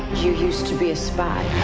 you used to be a spy.